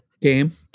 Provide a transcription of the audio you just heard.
game